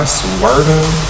swerving